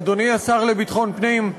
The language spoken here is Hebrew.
אדוני השר לביטחון פנים,